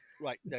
Right